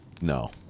no